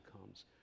comes